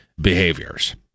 behaviors